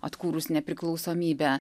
atkūrus nepriklausomybę